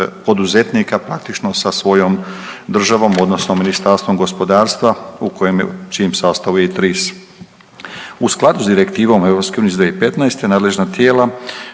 poduzetnika praktično sa svojom državom odnosno Ministarstvom gospodarstva u kojem čijem sastavu je i TRIS. U skladu s Direktivom EU iz 2015. nadležna tijela